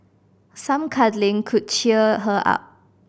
some cuddling could cheer her up